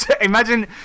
Imagine